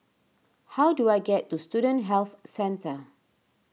how do I get to Student Health Centre